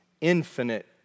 infinite